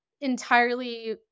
entirely